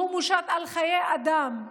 שהוא מושת על חיי אדם.